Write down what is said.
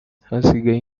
hasigaye